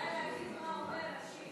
כדאי להגיד מה אומר השיר.